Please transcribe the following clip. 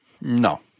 No